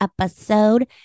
episode